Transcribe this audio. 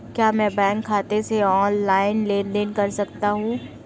क्या मैं बैंक खाते से ऑनलाइन लेनदेन कर सकता हूं?